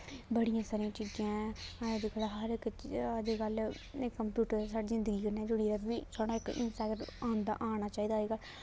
बड़ियां सारियां चीज़ा ऐ अज्जें तक्कर हर अजकल्ल एह् कंप्यूटर साढ़ी जिंदगी कन्नै जुड़ियै बी साढ़ा इनसे गै आन आना चाहिदा इक